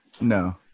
No